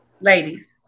Ladies